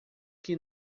que